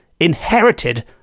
inherited